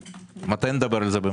מתי נדבר על זה?